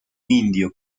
indio